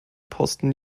posten